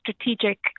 strategic